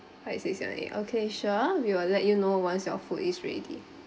five six seven eight okay sure we will let you know once your food is ready